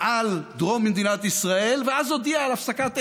על דרום מדינת ישראל, ואז הודיע על הפסקת אש.